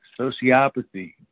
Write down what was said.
Sociopathy